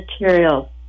materials